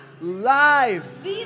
life